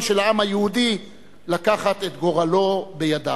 של העם היהודי לקחת את גורלו בידיו.